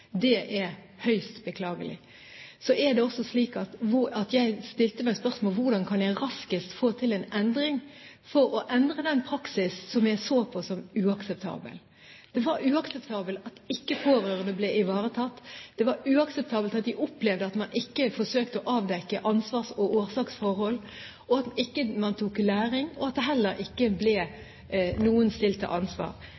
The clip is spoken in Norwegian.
Det er høyst beklagelig. Så er det også slik at jeg stilte meg spørsmålet: Hvordan kan jeg raskest få til en endring av den praksis som jeg så på som uakseptabel? Det var uakseptabelt at pårørende ikke ble ivaretatt, det var uakseptabelt at de opplevde at man ikke forsøkte å avdekke ansvars- og årsaksforhold, at man ikke tok læring, og at heller ikke